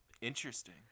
interesting